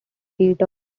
feat